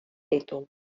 ditu